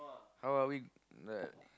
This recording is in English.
but how are we like